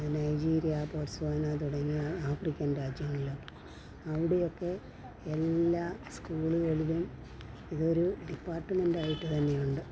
Nigeria Botswana തുടങ്ങിയ African രാജ്യങ്ങളിലാണ് അവിടെയൊക്കെ എല്ലാ സ്കൂളുകളിലും ഇതൊരു ഡിപ്പാർട്ട്മെൻ്റ് ആയിട്ട് തന്നെയുണ്ട്